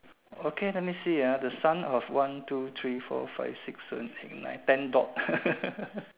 okay let me see ah the sun of one two three four five six seven eight nine ten dot